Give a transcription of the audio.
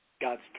God's